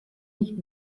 nicht